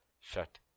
Shut